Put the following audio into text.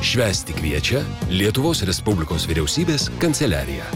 švęsti kviečia lietuvos respublikos vyriausybės kanceliarija